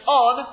on